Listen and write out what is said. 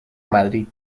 madrid